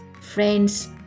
friends